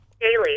Daily